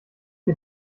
ihr